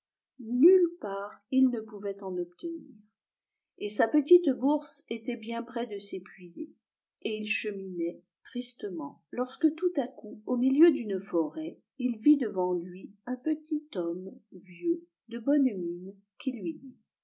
nulle part il ne pouvait en obtenir et sa petite bourse était bien près de s'épuiser et il cheminait tristement lorsque tout à coup au milieu d'une forêt il vit devant lui un petit homme vieux de bonne mine qui lui dit